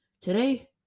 today